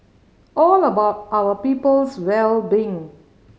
all about our people's well being